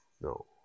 No